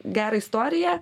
gerą istoriją